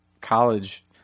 college